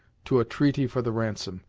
to a treaty for the ransom,